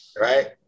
Right